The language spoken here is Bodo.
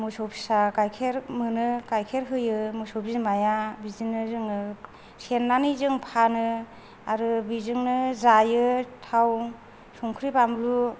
मोसौ फिसा गायखेर मोनो गाखेर होयो मोसौ बिमाया बिदिनो जोङो सेरनानै जों फानो आरो बेजोंनो जायो थाव संख्रि बानलु